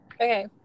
Okay